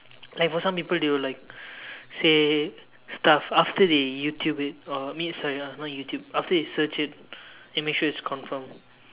like for some people they will like say stuff after they YouTube it or mean sorry ah not YouTube after they search it they make sure it's confirmed